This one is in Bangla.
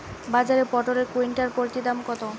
বাজারে পটল এর কুইন্টাল প্রতি দাম কত?